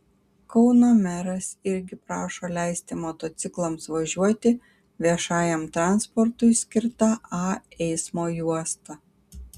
kauno meras irgi prašo leisti motociklams važiuoti viešajam transportui skirta a eismo juosta